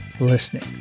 listening